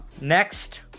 Next